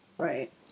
Right